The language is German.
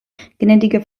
gnädige